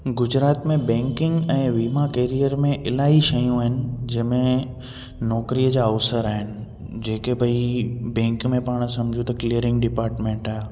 गुजरात में बैंकिंग ऐं वीमा कैरियर में इलाही शयूं आहिनि जंहिंमें नौकिरी जा अवसर आहिनि जेके भाई बैंक में पाण सम्झो त क्लीअरिंग डिपार्टमेंट आहे